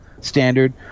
standard